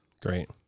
Great